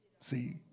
See